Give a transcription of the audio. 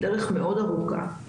דרך מאד ארוכה.